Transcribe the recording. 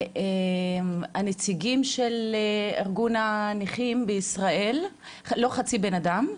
לנציגים של הארגון "נכה לא חצי בנאדם".